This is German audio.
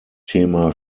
thema